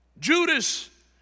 Judas